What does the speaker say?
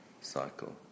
cycle